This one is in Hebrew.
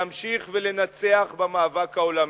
להמשיך ולנצח במאבק העולמי.